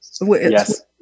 Yes